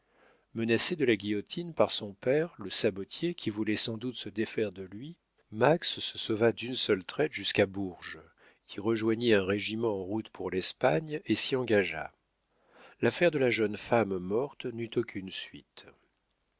menacé de la guillotine par son père le sabotier qui voulait sans doute se défaire de lui max se sauva d'une seule traite jusqu'à bourges y rejoignit un régiment en route pour l'espagne et s'y engagea l'affaire de la jeune femme morte n'eut aucune suite